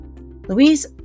Louise